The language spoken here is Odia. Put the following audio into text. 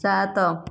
ସାତ